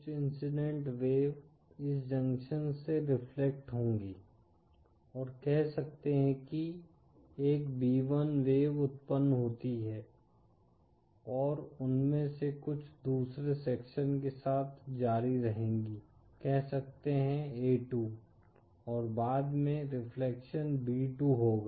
कुछ incident wave इस junction से रिफ्लेक्ट होंगी और कह सकते है की एक b1 वेव उत्पन्न होती है और उनमें से कुछ दूसरे जंक्शन के साथ जारी रहेंगी कह सकते है a2 और बाद में रिफ्लेक्शन b2 होगा